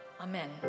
Amen